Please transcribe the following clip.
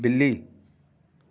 बिल्ली